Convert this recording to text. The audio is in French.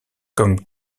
comme